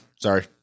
Sorry